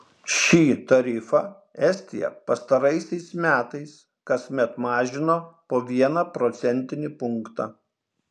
šį tarifą estija pastaraisiais metais kasmet mažino po vieną procentinį punktą